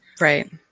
Right